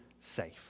safe